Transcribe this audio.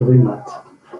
brumath